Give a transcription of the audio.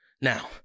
Now